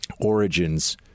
origins